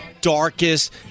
darkest